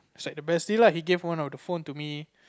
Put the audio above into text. it's like the best deal lah he gave one of the phone to me